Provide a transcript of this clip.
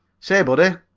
say, buddy,